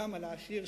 גם על העשיר,